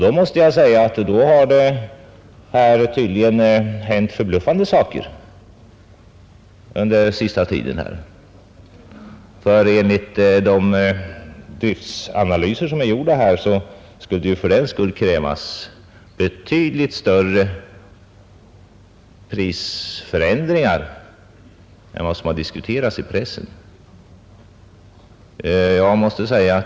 Då måste jag säga att det tydligen hänt förbluffande saker under den senaste tiden, för enligt gjorda driftsanalyser skulle det för den sakens skull krävas betydligt störra prisförändringar än som diskuterats i pressen.